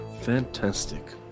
fantastic